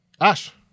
Ash